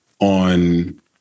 on